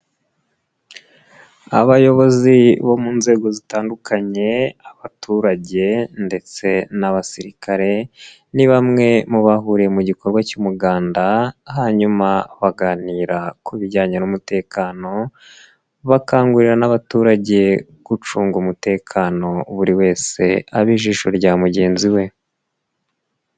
Abayobozi bo mu nzego zitandukanye, abaturage ndetse n'abasirikare ni bamwe mu bahuriye mu gikorwa cy'umuganda hanyuma baganira ku bijyanye n'umutekano, bakangurira n'abaturage gucunga umutekano buri wese aba ijisho rya mugenzi we.